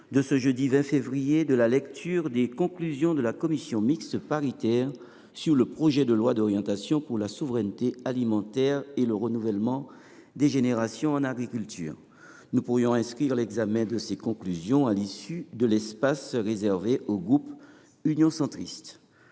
du jeudi 20 février de la lecture des conclusions de la commission mixte paritaire sur le projet de loi d’orientation pour la souveraineté alimentaire et le renouvellement des générations en agriculture. Nous pourrions inscrire l’examen de ces conclusions à l’issue de l’espace réservé au groupe Union Centriste.